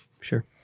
sure